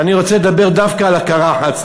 ואני רוצה לדבר דווקא על הקרחת,